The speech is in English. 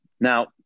Now